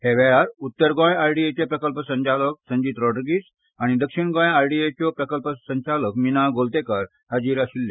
हे वेळार उत्तर गोंय आरडीएचे प्रकल्प संचालक संजित रॉड्रिग्ज आनी दक्षिण गोंय आरडीएच्यो प्रकल्प संचालक मीना गोलतेकार हाजीर आसले